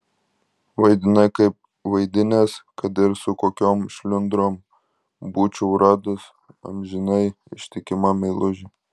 vaidinai kaip vaidinęs kad ir su kokiom šliundrom būčiau radus amžinai ištikimą meilužį